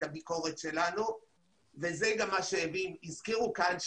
את הביקורת שלנו כדי שכמו שהזכירו כאן,